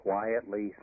quietly